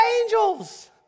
angels